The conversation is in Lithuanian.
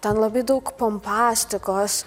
ten labai daug pompastikos